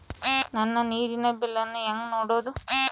ನನ್ನ ನೇರಿನ ಬಿಲ್ಲನ್ನು ಹೆಂಗ ನೋಡದು?